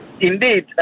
Indeed